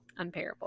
unparable